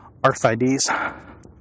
RFIDs